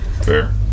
Fair